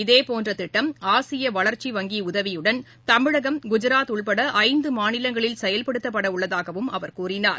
இதேபோன்ற திட்டம் ஆசிய வளர்ச்சி வங்கி உதவியுடன் தமிழகம் குஜராத் உட்பட ஐந்து மாநிலங்களில் செயல்படுத்தப்படவுள்ளதாகவும் அவர் கூறினார்